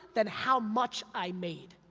than how much i made.